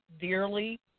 dearly